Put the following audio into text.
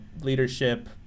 leadership